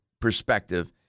perspective